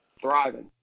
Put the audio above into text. Thriving